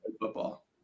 football